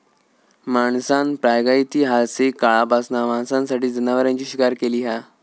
माणसान प्रागैतिहासिक काळापासना मांसासाठी जनावरांची शिकार केली हा